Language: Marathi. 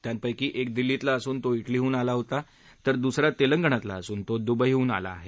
त्यापक्री एक दिल्लीतला असून तो विलीहून आला होता तर दुसरा तेलंगणातला असून तो दुबईहून आला आहे